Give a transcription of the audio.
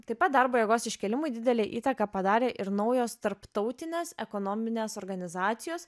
taip pat darbo jėgos iškėlimui didelę įtaką padarė ir naujos tarptautinės ekonominės organizacijos